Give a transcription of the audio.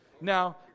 Now